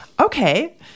Okay